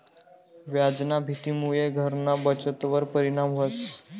व्याजना भीतीमुये घरना बचतवर परिणाम व्हस